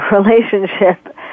relationship